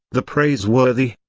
the praiseworthy.